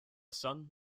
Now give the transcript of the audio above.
son